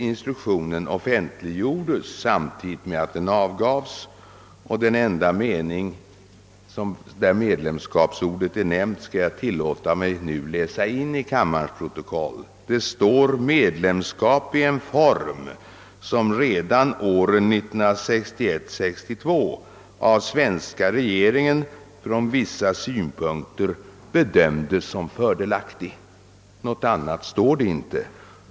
Instruktionen offentliggjordes samtidigt med att den avgavs, och jag skall tilllåta mig att i kammarens protokoll läsa in den enda mening där ordet medlemskap är nämnt. Det står: »Medlemskap är en form som redan åren 1961—1962 av svenska regeringen från vissa synpunkter bedömdes som fördelaktig.» Något annat står det inte.